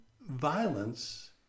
violence